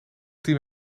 team